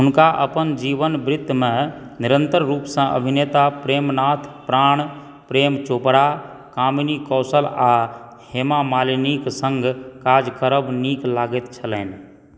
हुनका अपन जीवन वृत्तमे निरन्तर रूपसँ अभिनेता प्रेम नाथ प्राण प्रेम चोपड़ा कामिनी कौशल आ हेमा मालिनीक सङ्ग काज करब नीक लगैत छलनि